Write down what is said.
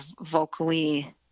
vocally